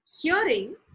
hearing